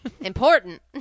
Important